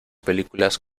películas